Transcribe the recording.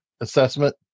assessment